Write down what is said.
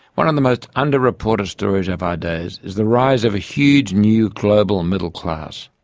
one of the most underreported stories of our days is the rise of a huge new global and middle class.